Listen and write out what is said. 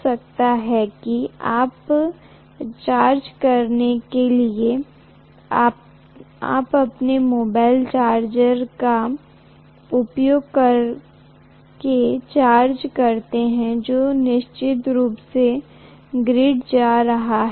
हो सकता है कि आप चार्ज करने के लिए आप अपने मोबाइल चार्जर का उपयोग करके चार्ज करते हे जो निश्चित रूप से ग्रिड से आ रहा है